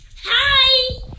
hi